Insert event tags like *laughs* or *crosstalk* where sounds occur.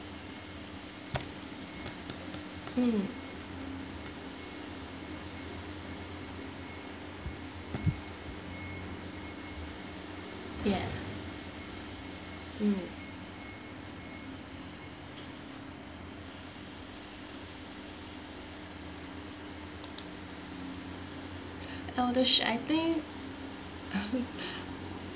mm ya mm else those I think *laughs*